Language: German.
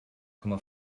komma